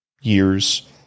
years